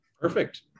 Perfect